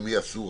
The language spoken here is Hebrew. למי אסור,